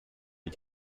les